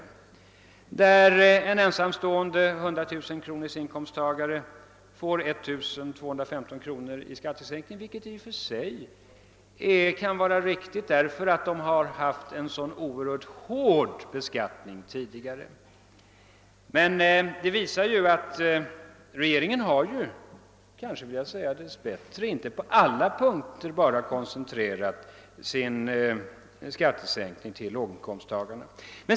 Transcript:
Enligt dessa får en ensamstående med 100 000 kronor i inkomst en skattesänkning på 1215 kronor. Detta kan i och för sig vara riktigt. Han har tidigare beskattats oerhört hårt. Det visar dock att regeringen — dess bättre, vill jag säga — inte på alla punkter har koncentrerat skattesänkningen till låginkomsttagarna.